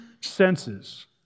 senses